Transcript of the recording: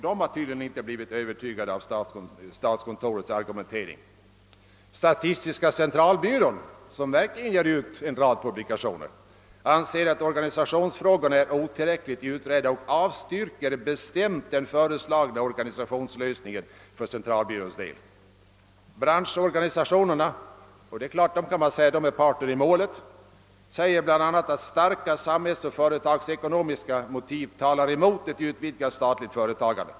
Den har tydligen inte blivit övertygad av statskontorets argumentering. Statistiska centralbyrån, som verkligen ger ut en rad publikationer, anser att organisationsfrågorna är otillräckligt utredda och avstyrker bestämt den föreslagna organisationslösningen för centralbyråns del. Branschorganisationerna, som naturligtvis kan sägas vara parter i målet, framhåller bl.a. »att starka samhällsoch företagsekonomiska motiv talar emot ett utvidgat statligt företagande».